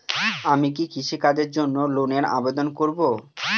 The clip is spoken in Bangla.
আমি কি কৃষিকাজের জন্য লোনের আবেদন করব?